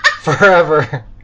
Forever